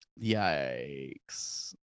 yikes